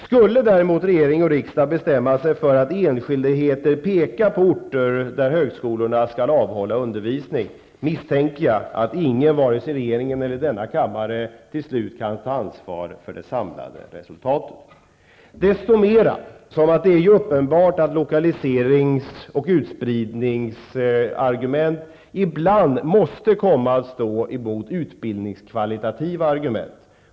Skulle däremot regering och riksdag bestämma sig för att i enskilda fall peka ut orter där högskolorna skall ge undervisning, misstänker jag att ingen, varken regeringen eller denna kammare, till slut kan ta ansvar för det samlade resultatet. Desto mer uppenbart är det att lokaliserings och utspridningsargument ibland måste komma att stå emot utbildningskvalitativa argument.